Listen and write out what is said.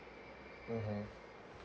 mmhmm